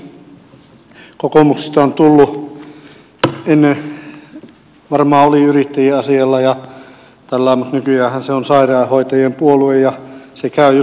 kokoomus ennen varmaan oli yrittäjien asialla ja tällä lailla mutta nykyäänhän se on sairaanhoitajien puolue ja se käy justiinsa tosi hyvin tähän asiaan